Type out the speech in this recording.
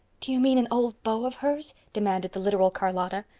do you mean an old beau of hers? demanded the literal charlotta.